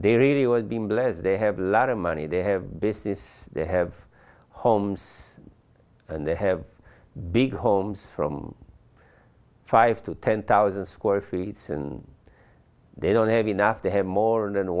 they really were being led they have a lot of money they have business they have homes and they have big homes from five to ten thousand square feet soon they don't have enough to have more than